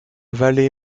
vallée